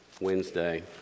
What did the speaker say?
Wednesday